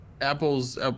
Apple's